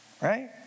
Right